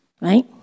right